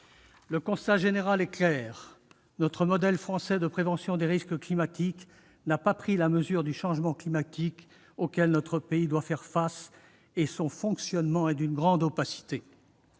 Le constat général est clair : notre modèle français de prévention des risques climatiques n'a pas pris la mesure du changement climatique auquel notre pays doit faire face, et son fonctionnement est d'une grande opacité.